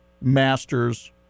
Masters